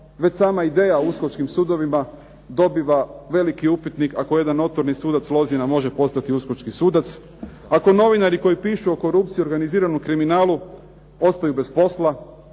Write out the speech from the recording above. već sama ideja o uskočkim sudovima dobiva veliki upitnik ako jedan notorni sudac Lozina može postati uskočki sudac, ako novinari koji pišu o korupciji i organiziranom kriminalu ostaju bez posla,